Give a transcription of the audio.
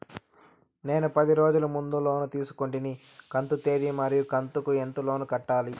నేను పది రోజుల ముందు లోను తీసుకొంటిని కంతు తేది మరియు కంతు కు ఎంత లోను కట్టాలి?